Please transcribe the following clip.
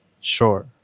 Sure